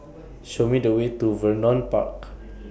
Show Me The Way to Vernon Park